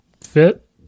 fit